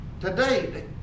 today